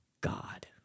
God